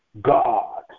God